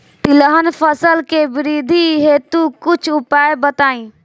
तिलहन फसल के वृद्धि हेतु कुछ उपाय बताई?